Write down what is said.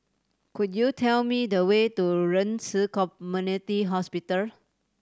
could you tell me the way to Ren Ci Community Hospital